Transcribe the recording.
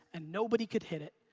and nobody could hit it.